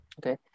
Okay